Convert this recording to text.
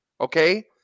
Okay